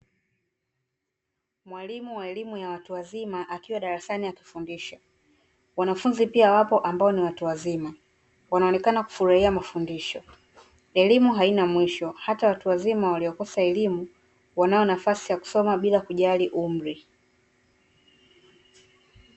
Mwalimu wa elimu ya watu wazima akiwa darasani akifundisha wanafunzi pia wapo ambao ni watu wazima wanaonekana kufurahia mafundisho, elimu haina mwisho hata watu wazima waliokosa elimu wanayo nafasi ya kusoma bila kujali umri .